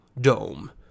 Dome